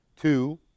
two